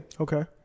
Okay